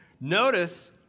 notice